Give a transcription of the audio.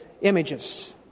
images